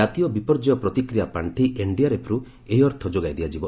ଜାତୀୟ ବିପର୍ଯ୍ୟୟ ପ୍ରତିକ୍ରିୟା ପାଣ୍ଡି ଏନ୍ଡିଆର୍ଏଫ୍ରୁ ଏହି ଅର୍ଥ ଯୋଗାଇ ଦିଆଯିବ